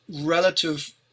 relative